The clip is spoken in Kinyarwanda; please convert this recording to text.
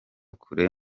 kure